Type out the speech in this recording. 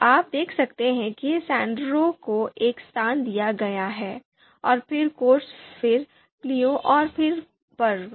तो आप देख सकते हैं कि सैंडेरो को एक स्थान दिया गया है और फिर कोर्सा फिर क्लियो और फिर पर्व